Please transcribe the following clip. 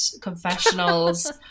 confessionals